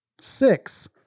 Six